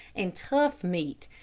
and tough meat,